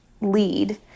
lead